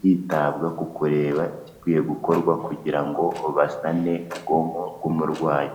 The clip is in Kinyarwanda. hitabwa ku kureba igikwiye gukorwa kugira ngo basane ubwonko bw'umurwayi.